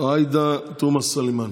עאידה תומא סלימאן.